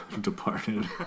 departed